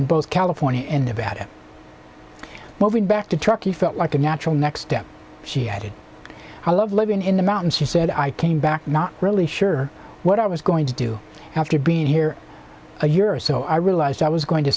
in both california and nevada moving back to truckee felt like a natural next step she added i love living in the mountains she said i came back not really sure what i was going to do after being here a year or so i realized i was going to